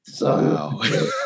wow